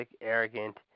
arrogant